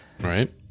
Right